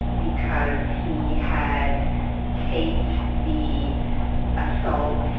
because he had taped the assaults,